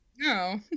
No